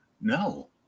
No